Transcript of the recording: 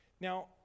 Now